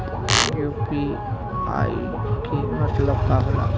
UPI के मतलब का होला?